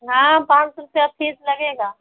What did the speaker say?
हाँ पाँच सौ रुपये फ़ीस लगेगा